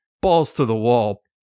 balls-to-the-wall